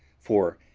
for,